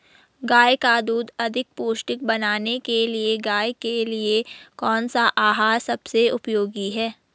गाय का दूध अधिक पौष्टिक बनाने के लिए गाय के लिए कौन सा आहार सबसे उपयोगी है?